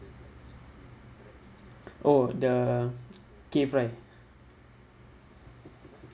oh the gift right